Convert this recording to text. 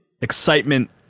excitement